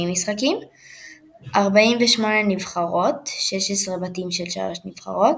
פיפ"א על רצונה להגדיל את מספר המשתתפות במונדיאל שעמד על 32 נבחרות.